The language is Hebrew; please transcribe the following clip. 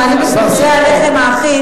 שמעלים את מחיר הלחם האחיד,